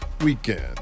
weekend